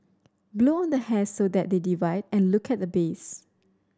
blow on the hairs so that they divide and look at the base